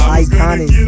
iconic